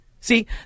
See